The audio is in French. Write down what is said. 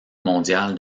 mondial